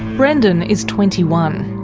brendon is twenty one.